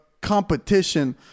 competition